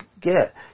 get